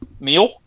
meal